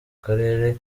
karere